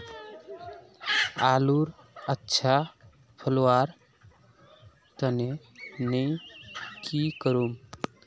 आलूर अच्छा फलवार तने नई की करूम?